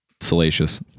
salacious